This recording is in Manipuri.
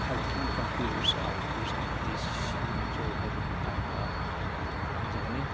hiking campers outdoors activities you enjoy ꯍꯥꯏꯕꯒꯤ ꯃꯇꯥꯡꯗ ꯑꯩꯅ ꯉꯥꯡꯖꯒꯅꯤ